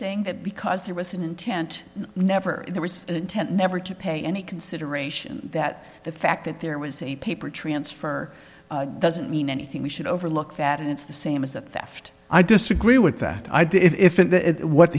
saying that because there was an intent never there was intent never to pay any consideration that the fact that there was a paper transfer doesn't mean anything we should overlook that it's the same as a theft i disagree with that idea if and what